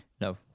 No